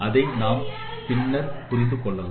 அதை நாம் பின்னர் புரிந்து கொள்ளலாம்